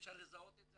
אפשר לזהות את זה